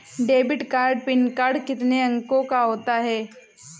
Debit card PIN कितने अंकों का होता है?